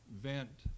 vent